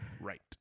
Right